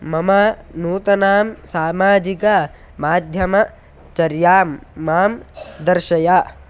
मम नूतनां सामाजिकमाध्यमचर्यां मां दर्शय